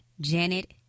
Janet